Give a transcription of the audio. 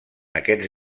aquests